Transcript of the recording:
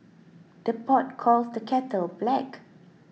the pot calls the kettle black